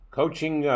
coaching